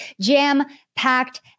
jam-packed